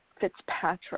Fitzpatrick